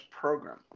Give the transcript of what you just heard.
program